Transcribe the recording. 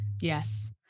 Yes